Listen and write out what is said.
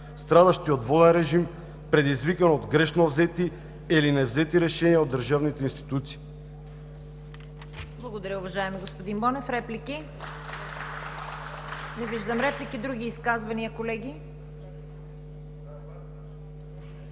страдащи от воден режим, предизвикан от грешно взети или невзети решения от държавните институции.